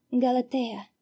Galatea